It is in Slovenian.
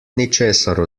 ničesar